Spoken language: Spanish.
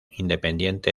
independiente